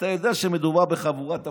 אתה יודע שמדובר בחבורת אפסים,